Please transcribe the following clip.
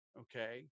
Okay